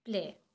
play